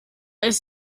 ist